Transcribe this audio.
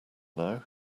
now